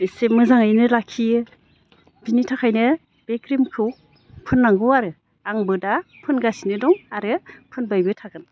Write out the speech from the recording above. एसे मोजाङैनो लाखियो बिनि थाखायनो बे क्रिमखौ फोननांगौ आरो आंबो दा फोनगासिनो दं आरो फोनबायबो थागोन